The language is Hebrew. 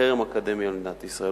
לחרם אקדמי על מדינת ישראל,